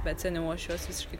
bet seniau aš juos visiškai